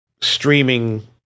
streaming